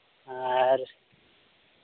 ᱟᱨ